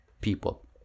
people